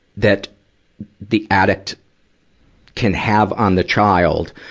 that the addict can have on the child,